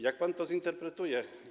Jak pan to zinterpretuje?